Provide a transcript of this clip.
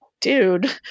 dude